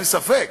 אין ספק,